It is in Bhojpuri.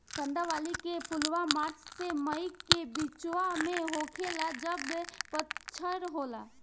कंदावली के फुलवा मार्च से मई के बिचवा में होखेला जब पतझर होला